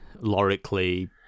lorically